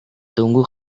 tunggu